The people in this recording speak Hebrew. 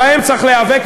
בהם צריך להיאבק.